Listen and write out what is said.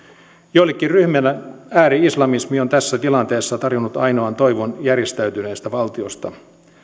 joillekin ryhmille ääri islamismi on tässä tilanteessa tarjonnut ainoan toivon järjestäytyneestä valtiosta